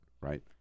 right